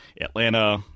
Atlanta